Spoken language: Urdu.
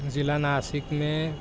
ضلع ناسک میں